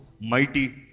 mighty